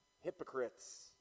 hypocrites